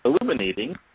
illuminating